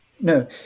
no